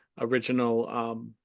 original